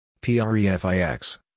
PREFIX